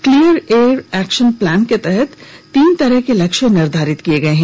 clean air action plan के तहत तीन तरह के लक्ष्य निर्धारित किए गए हैं